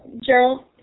Gerald